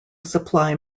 supply